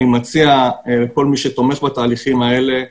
אני מציע לכל מי שתומך בתהליכים האלה,